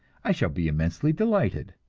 i shall be immensely delighted.